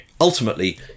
Ultimately